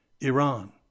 Iran